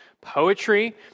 Poetry